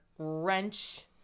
wrench